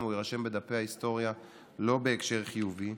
הוא יירשם בדפי ההיסטוריה לא בהקשר חיובי.